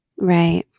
Right